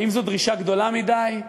האם זו דרישה גדולה מדי?